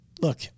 Look